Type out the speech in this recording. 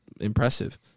impressive